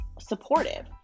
supportive